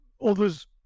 others